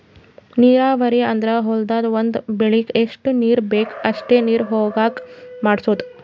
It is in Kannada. ನೀರಾವರಿ ಅಂದ್ರ ಹೊಲ್ದಾಗ್ ಒಂದ್ ಬೆಳಿಗ್ ಎಷ್ಟ್ ನೀರ್ ಬೇಕ್ ಅಷ್ಟೇ ನೀರ ಹೊಗಾಂಗ್ ಮಾಡ್ಸೋದು